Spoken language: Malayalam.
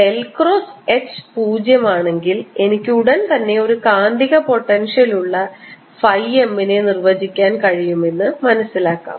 ഡെൽ ക്രോസ് എച്ച് 0 ആണെങ്കിൽ എനിക്ക് ഉടൻ തന്നെ ഒരു കാന്തിക പൊട്ടൻഷ്യൽ ഉള്ള ഫൈ M നെ നിർവചിക്കാൻ കഴിയുമെന്ന് മനസ്സിലാക്കാം